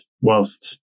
whilst